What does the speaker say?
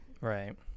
right